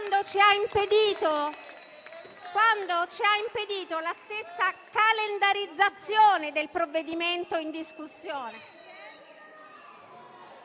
quando ci ha impedito la stessa calendarizzazione del provvedimento in discussione.